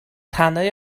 rhannau